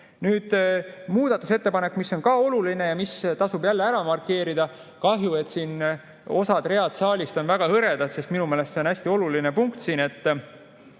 Nüüd muudatusettepanek, mis on ka oluline ja mis tasub ära markeerida. Kahju, et siin osa ridu saalis on väga hõredad, sest minu meelest see on hästi oluline punkt.